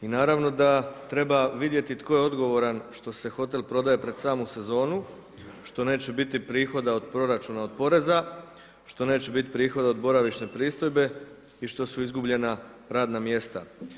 I naravno da treba vidjeti tko je odgovoran što se hotel prodaje pred samu sezonu, što neće biti prihoda od proračuna od poreza, što neće biti prihoda od boravišne pristojbe i što su izgubljena radna mjesta.